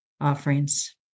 offerings